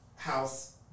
house